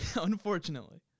Unfortunately